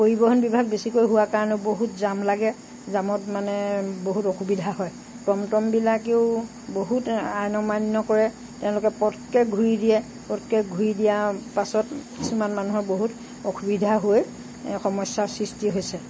পৰিবহন বিভাগ বেছিকৈ হোৱাৰ কাৰণে বহুত জাম লাগে জামত মানে বহুত অসুবিধা হয় টম্টম বিলাকেও বহুত আইন অমান্য কৰে তেওঁলোকে পটকৈ ঘূৰি দিয়ে পটকৈ ঘূৰি দিয়াৰ পাছত কিছুমান মানুহৰ বহুত অসুবিধা হৈ সমস্যাৰ সৃষ্টি হৈছে